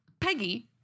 peggy